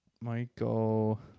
Michael